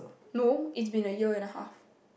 no it's been a year and a half